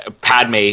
Padme